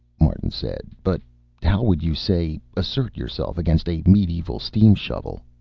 martin said. but how would you, say, assert yourself against a medieval steam-shovel?